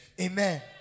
Amen